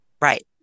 Right